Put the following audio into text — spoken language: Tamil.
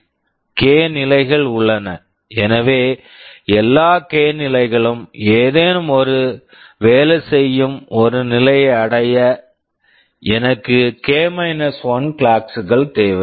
கே K நிலைகள் உள்ளன எனவே எல்லா கே K நிலைகளும் ஏதேனும் வேலை செய்யும் ஒரு நிலையை அடைய எனக்கு கே 1 k - 1 கிளாக்ஸ் clocks கள் தேவை